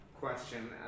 question